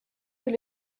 eut